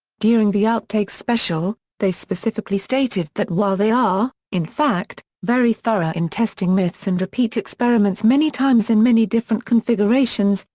during the outtakes special, they specifically stated that while they are, in fact, very thorough in testing myths and repeat experiments many times in many different configurations,